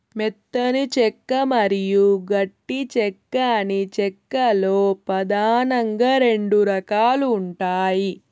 మెత్తని చెక్క మరియు గట్టి చెక్క అని చెక్క లో పదానంగా రెండు రకాలు ఉంటాయి